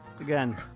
again